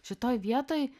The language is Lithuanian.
šitoj vietoj